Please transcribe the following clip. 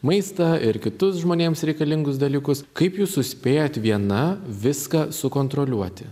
maistą ir kitus žmonėms reikalingus dalykus kaip jūs suspėjat viena viską sukontroliuoti